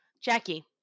Jackie